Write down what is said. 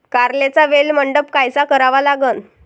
कारल्याचा वेल मंडप कायचा करावा लागन?